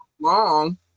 long